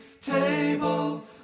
table